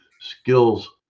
skills